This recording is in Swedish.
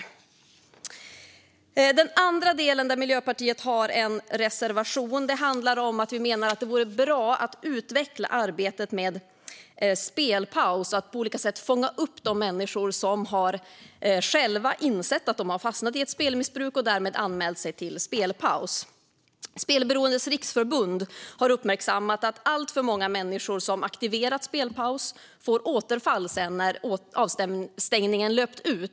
Sedan gäller det den andra delen, där Miljöpartiet har en reservation. Vi menar att det vore bra att utveckla arbetet med spelpaus.se och att på olika sätt fånga upp de människor som själva har insett att de har fastnat i ett spelmissbruk och därmed anmält sig till spelpaus.se. Spelberoendes Riksförbund har uppmärksammat att alltför många människor som har aktiverat en spelpaus får återfall när avstängningen har löpt ut.